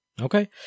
Okay